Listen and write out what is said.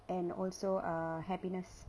and also err happiness